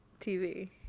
TV